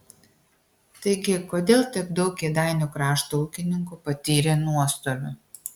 taigi kodėl tiek daug kėdainių krašto ūkininkų patyrė nuostolių